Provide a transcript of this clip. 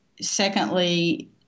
secondly